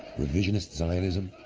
revisionist zionism,